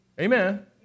Amen